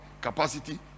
capacity